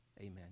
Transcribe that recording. Amen